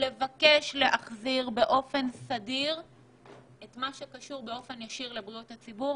ולבקש להחזיר באופן סדיר את מה שקשור באופן ישיר לבריאות הציבור,